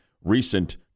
Recent